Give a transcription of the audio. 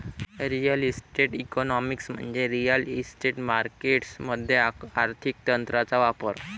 real estate economics म्हणजे real estate markets मध्ये आर्थिक तंत्रांचा वापर